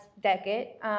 decade